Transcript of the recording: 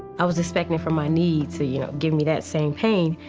i was expecting for my knee to you know give me that same pain,